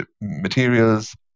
materials